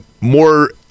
More